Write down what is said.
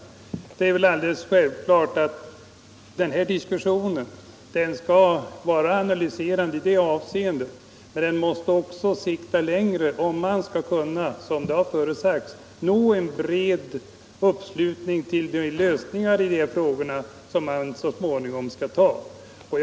Det är självklart att denna diskussion skall vara analyserande, men den måste sikta längre om man så småningom skall kunna få en bred uppslutning kring en lösning av dessa frågor.